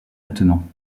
attenant